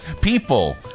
People